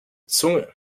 zunge